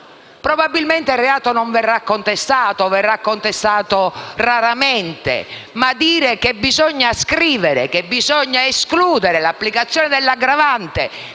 Probabilmente il reato non verrà contestato, verrà contestato raramente, ma dire che bisogna scrivere che si deve escludere l'applicazione dell'aggravante